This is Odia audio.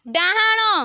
ଡାହାଣ